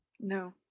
no